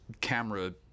camera